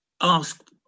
ask